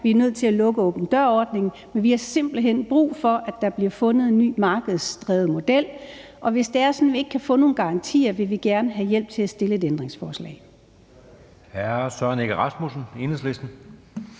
vi er nødt til at lukke åben dør-ordningen, men vi har simpelt hen brug for, at der bliver fundet en ny markedsdrevet model. Hvis det er sådan, at vi ikke kan få nogen garantier, vil vi gerne have hjælp til at stille et ændringsforslag. Kl. 13:48 Anden næstformand